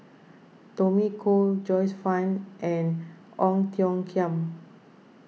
Tommy Koh Joyce Fan and Ong Tiong Khiam